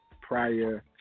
prior